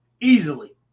Easily